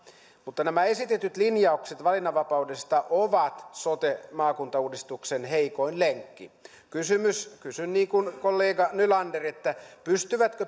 mutta nämä esitetyt linjaukset valinnanvapaudesta ovat sote maakuntauudistuksen heikoin lenkki kysyn niin kuin kollega nylander pysyvätkö